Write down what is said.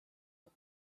and